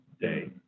Day